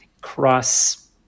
cross